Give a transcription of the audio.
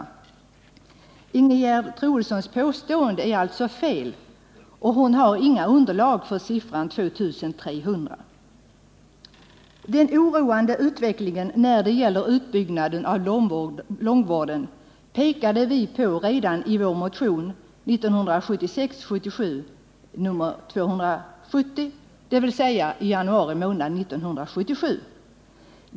Ingegerd Troedssons påstående är alltså felaktigt, och hon har inget underlag för uppgiften om ett tillskott på 2 300 platser. Den oroande utvecklingen när det gäller utbyggnaden av långvården pekade vi på redan i vår motion 1976/77:270, som väcktes i januari 1977.